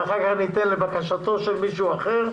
ואחר כך אתן לבקשתו של מישהו אחר.